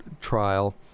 trial